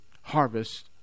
harvest